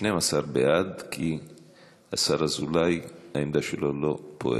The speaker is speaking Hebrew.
12 בעד, כי השר אזולאי, העמדה שלו לא פועלת.